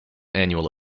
annual